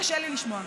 קשה לי לשמוע,